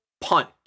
punt